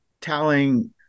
telling